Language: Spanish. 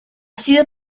sido